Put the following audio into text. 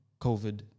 COVID